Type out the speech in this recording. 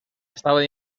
estaban